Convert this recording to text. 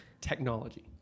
technology